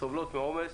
סובלות מעומס,